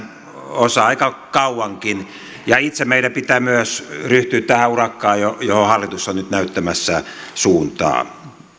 osa aika kauankin ja itse meidän pitää myös ryhtyä tähän urakkaan johon hallitus on nyt näyttämässä suuntaa